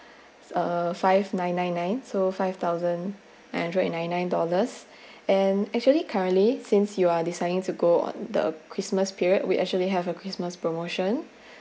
uh five nine nine nine so five thousand nine hundred ninety nine dollars and actually currently since you are deciding to go on the christmas period we actually have a christmas promotion